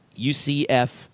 UCF